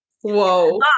Whoa